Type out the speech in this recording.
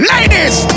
Ladies